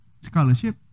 scholarship